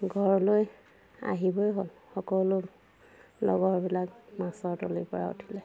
ঘৰলৈ আহিবই হ'ল সকলো লগৰবিলাক মাছৰ তলিৰ পৰা উঠিলে